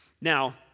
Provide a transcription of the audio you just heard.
Now